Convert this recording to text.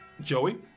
Joey